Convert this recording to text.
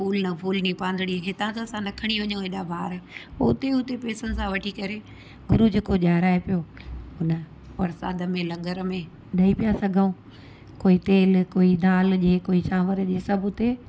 फूल न फूल नी पांधड़ी हितां त असां न खनी वञूं हेॾा भाड़ हुते हुते पैसन सां वठी करे गुरू जेको ॾियाराए पियो हुन प्रसाद में लंगर में ॾई पिया सघूं कोई तेल कोई दाल ॾिए कोई चांवर ॾिए सभु हुते